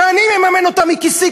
שאני מממן אותם מכיסי,